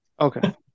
Okay